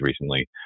recently